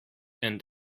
and